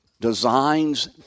designs